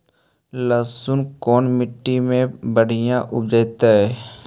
लहसुन कोन मट्टी मे बढ़िया उपजतै?